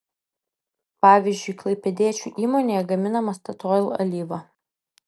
pavyzdžiui klaipėdiečių įmonėje gaminama statoil alyva